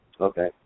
Okay